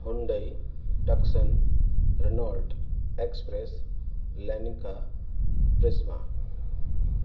Hyundai Tucson Renault express लैनीका क्रिज़िमा